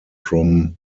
from